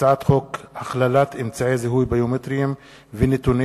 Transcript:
הצעת חוק הכללת אמצעי זיהוי ביומטריים ונתוני